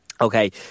Okay